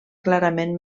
clarament